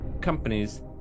companies